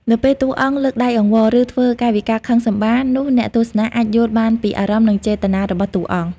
នៅពេលតួអង្គលើកដៃអង្វរ ឬធ្វើកាយវិការខឹងសម្បារ នោះអ្នកទស្សនាអាចយល់បានពីអារម្មណ៍ និងចេតនារបស់តួអង្គ។